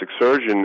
surgeon